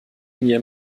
mir